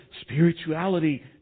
spirituality